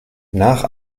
nach